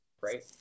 right